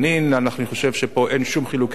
אני חושב שפה אין שום חילוקי דעות.